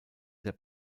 der